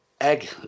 egg